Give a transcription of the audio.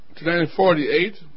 1948